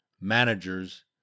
managers